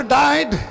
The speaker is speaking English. died